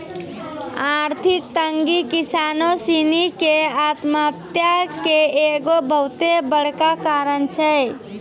आर्थिक तंगी किसानो सिनी के आत्महत्या के एगो बहुते बड़का कारण छै